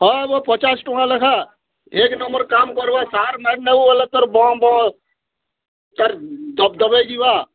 ହଁ ବୋ ପଚାଶ୍ ଟଙ୍ଗା ଲେଖା ଏକ୍ ନମ୍ୱର୍ କାମ୍ କର୍ବା ସାର୍ ନେବୁ ବୋଲେ ତ ତର୍ ବଁ ବଁ ତାର୍ ଦବ୍ଦବେଇ ଯିବା